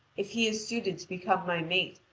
if he is suited to become my mate,